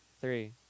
Three